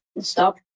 stop